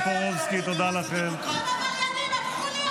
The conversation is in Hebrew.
חבר הכנסת טופורובסקי.